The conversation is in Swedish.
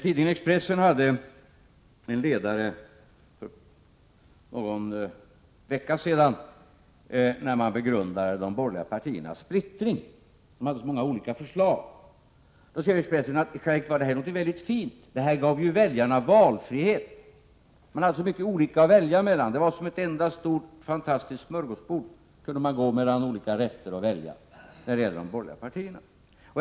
Tidningen Expressen hade en ledare för någon vecka sedan, där man begrundade de borgerliga partiernas splittring — de hade så många olika förslag. Expressen skrev att detta i själva verket var någonting väldigt fint, det här gav ju väljarna valfrihet. Man hade när det gäller de borgerliga partierna så mycket att välja mellan. Det var som ett stort fantastiskt smörgåsbord, där man kunde välja mellan olika rätter.